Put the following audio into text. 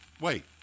Wait